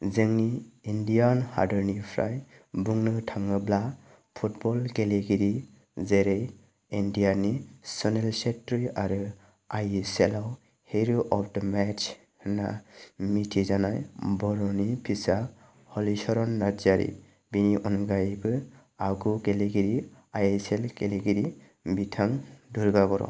जोंनि इण्डियान हादरनिफ्राय बुंनो थाङोब्ला फुटबल गेलेगिरि जेरै इण्डियान नि सुनिल सेत्रि आरो आइ एस एल आव हिर' अफ दा मेत्च होनना मिथि जानाय बर'नि फिसा हलिसरन नार्जारि बेनि अनगायैबो आगु गेलेगिरि आइ एस एल गेलेगिरि बिथां दुर्गा बर'